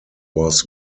was